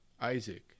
Isaac